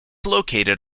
located